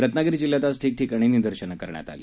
रत्नागिरी जिल्ह्यात आज ठिकठिकाणी निदर्शनं करण्यात आली